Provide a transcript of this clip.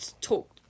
talk